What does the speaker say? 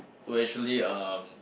to actually um